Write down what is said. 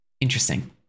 Interesting